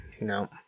No